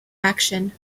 action